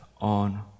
on